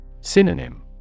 Synonym